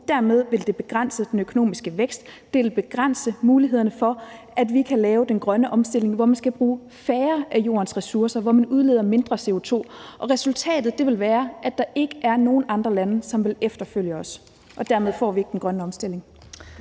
Dermed vil det begrænse den økonomiske vækst. Det begrænser muligheden for, at vi kan lave den grønne omstilling, hvor man skal bruge færre af Jordens ressourcer, og hvor man udleder mindre CO2. Resultatet vil være, at der ikke er nogen andre lande, som vil efterfølge os, og dermed får vi ikke den grønne omstilling.